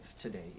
today